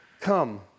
come